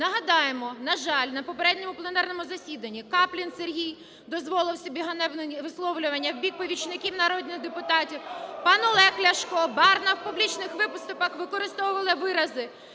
Нагадаємо, на жаль, на попередньому пленарному засіданні Каплін Сергій дозволив собі ганебне висловлювання в бік помічників народних депутатів. Пан Олег Ляшко, Барна в публічних виступах використовували вирази,